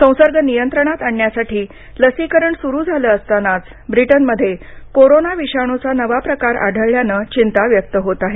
संसर्ग नियंत्रणात आणण्यासाठी लसीकरण सुरू झालं असतानाच ब्रिटनमध्ये कोरोना विषाणूचा नवा प्रकार आढळल्यानं चिंता व्यक्त होत आहे